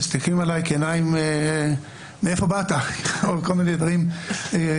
מסתכלים אליי "מאיפה באת" או כל מיני דברים כאלה.